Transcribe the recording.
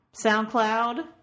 SoundCloud